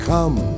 Come